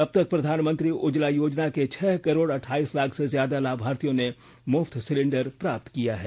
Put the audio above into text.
अब तक प्रधानमंत्री उज्जवला योजना के छह करोड अहाईस लाख से ज्यादा लाभार्थियों ने मुफ्त सिलेंडर प्राप्त किया है